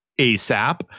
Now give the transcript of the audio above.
ASAP